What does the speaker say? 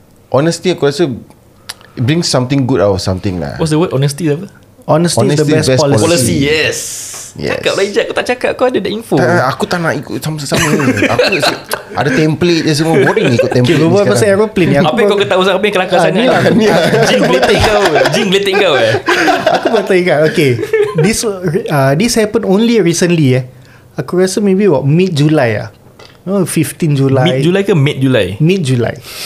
Honesty, aku rasa, it brings something good out of something lah. What's the word? Honesty is apa? Honesty is the Honesty is best best Policy, policy. policy. yes. Yes. Cakap lah, Ijak. Aku tak cakap, kau ada the info. Tak, aku tak nak ikut sama-sama. Aku rasa ada template je semua. Boring ikut Okay, template ni berbual sekarang. pasal aeroplane ni, aku Apa yang kau ber- ketahui, apa yang kelakar Ah, sangat ni lah. ni? Jin Aku geletek ber- kau, Jin geletek kau, eh. Aku ber- teringat, okay. This, uh, this happened only recently, eh. Aku rasa maybe about mid-July, ah. Oh, 15 July. Mid-July ke mid-July? Mid-July.